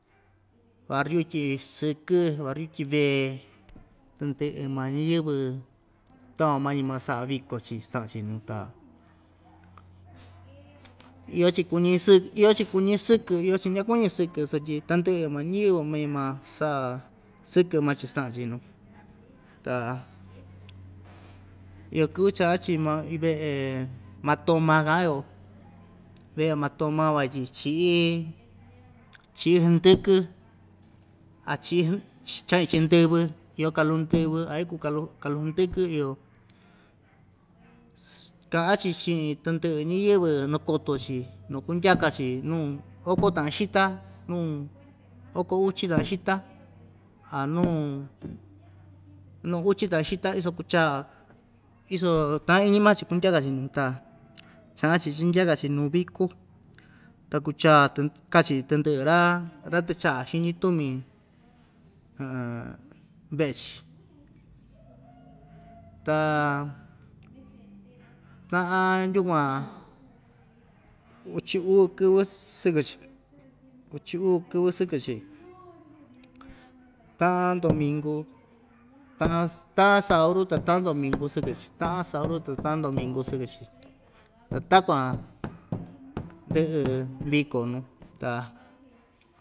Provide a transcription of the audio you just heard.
Barriu ityi sɨkɨ́ barriu ityi vee tɨndɨ'ɨ ma ñiyɨvɨ takuan mañi maa sa'a viko‑chi sta'an‑chi nu ta iyo‑chi kuñi sɨk iyo‑chi kuñi sɨkɨ iyo‑chi ñakuñi sɨkɨ sotyi tandɨ'ɨ ma ñɨvɨ mañi ma sa'a sɨkɨ maa‑chi sta'an‑chi nu ta iyo kɨvɨ chaa‑chi ma ii ve'e matoma ka'an‑yo ve'e matoma van tyi chi'í chi'í hndɨkɨ a chi'í cha'ñi‑chi ndɨvɨ iyo kalu ndɨvɨ a iku kalu kalu hndɨkɨ iyo ka'an‑chi chi'in tandɨ'ɨ ñiyɨvɨ nakoto‑chi nukundyaka‑chi nuu oko ta'an xita nuu oko uchi ta'an xita a nuu nuu uchi ta'an xita iso kuchaa iso ta'an iñi maa‑chi kundyaka‑chi nu ta cha'an‑chi chandyaka‑chi nu viko ta kucha tɨ kachi tɨndɨ'ɨ ra ra‑tɨcha'a xiñi tumi ve'e‑chi ta ta'an yukuan uchi uu kɨvɨ sɨkɨ‑chi uchi uu kɨvɨ sɨkɨ‑chi ta'an ndominku ta'an ta'an sauru ta ta'an ndominku sɨkɨ‑chi ta'an sauru ta ta'an ndominku sɨkɨ‑chi ta takuan ndɨ'ɨ viko nu ta.